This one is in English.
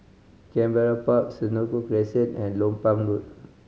Canberra Park Senoko Crescent and Lompang Road